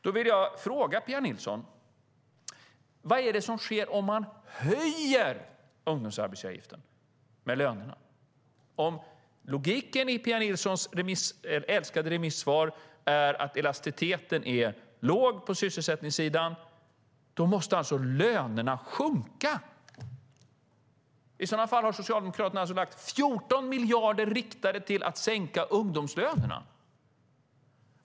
Då vill jag fråga Pia Nilsson: Vad är det som sker med lönerna om man höjer arbetsgivaravgiften för ungdomar? Om logiken i Pia Nilssons älskade remissvar är att elasticiteten är låg på sysselsättningssidan, då måste alltså lönerna sjunka. I sådana fall har Socialdemokraterna lagt 14 miljarder riktade till att sänka ungdomslönerna.